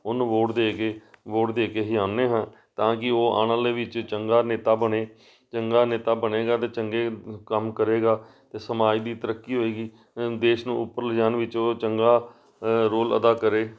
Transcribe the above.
ਉਹਨੂੰ ਵੋਟ ਦੇ ਕੇ ਵੋਟ ਦੇ ਕੇ ਅਸੀਂ ਆਉਂਦੇ ਹਾਂ ਤਾਂ ਕਿ ਉਹ ਆਉਣ ਵਾਲੇ ਵਿੱਚ ਚੰਗਾ ਨੇਤਾ ਬਣੇ ਚੰਗਾ ਨੇਤਾ ਬਣੇਗਾ ਅਤੇ ਚੰਗੇ ਕੰਮ ਕਰੇਗਾ ਤਾਂ ਸਮਾਜ ਦੀ ਤਰੱਕੀ ਹੋਵੇਗੀ ਦੇਸ਼ ਨੂੰ ਉੱਪਰ ਲਿਜਾਉਣ ਵਿੱਚ ਉਹ ਚੰਗਾ ਰੋਲ ਅਦਾ ਕਰੇ